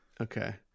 Okay